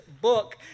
book